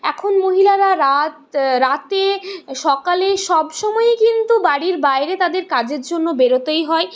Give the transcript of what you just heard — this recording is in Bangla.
এখন মহিলারা রাত রাতে সকালে সবসময়ই কিন্তু বাড়ির বাইরে তাদের কাজের জন্য বেরোতেই হয়